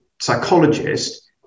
psychologist